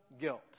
guilt